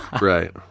right